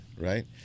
right